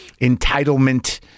entitlement